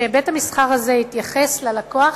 שבית-המסחר הזה יתייחס ללקוח